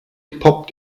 poppt